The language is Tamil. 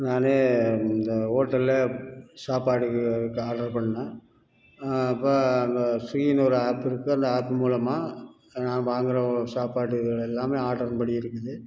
நான் இந்த ஹோட்டலில் சாப்பாடுக்கு இப்போ ஆர்டர் பண்ணேன் இப்போ அந்த ஸ்விகின்னு ஒரு ஆப் இருக்குது அந்த ஆப் மூலமாக நான் வாங்குகிற சாப்பாடு இதில் எல்லாம் ஆர்டரின் படி இருக்குது